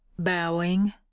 bowing